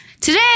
today